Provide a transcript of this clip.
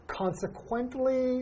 consequently